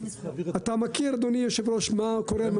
אתה מכיר, אדוני היושב ראש, מה קורה במשטרה.